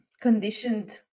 conditioned